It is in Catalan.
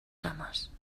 cames